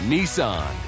Nissan